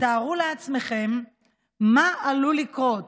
תארו לעצמכם מה עלול לקרות